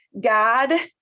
God